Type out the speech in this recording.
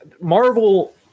Marvel